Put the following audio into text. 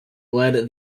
led